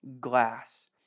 glass